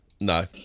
No